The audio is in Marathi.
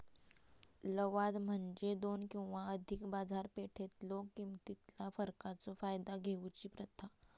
लवाद म्हणजे दोन किंवा अधिक बाजारपेठेतलो किमतीतला फरकाचो फायदा घेऊची प्रथा